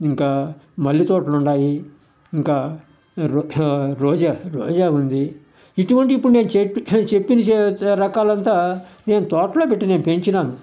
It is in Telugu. ఇంకా మల్లె తోటలుండాయి ఇంకా రో రోజా రోజా ఉంది ఇటువంటి ఇప్పుడు చెప్పి చెప్పిన రకాలంతా నేను తోటలో పెట్టినాను పెంచినాను